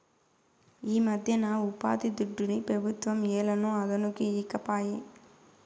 ఈమధ్యన ఉపాధిదుడ్డుని పెబుత్వం ఏలనో అదనుకి ఈకపాయే